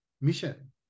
mission